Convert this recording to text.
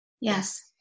Yes